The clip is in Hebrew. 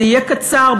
זה יהיה קצר.